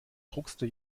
druckste